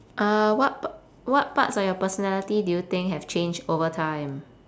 uh what p~ what parts of your personality do you think have changed over time